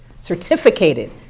certificated